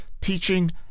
teaching